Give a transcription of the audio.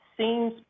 seems